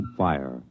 fire